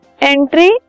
entry